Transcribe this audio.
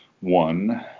one